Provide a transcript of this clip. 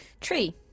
Tree